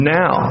now